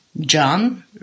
John